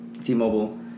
T-Mobile